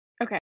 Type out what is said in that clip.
Okay